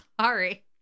sorry